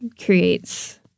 creates